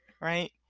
right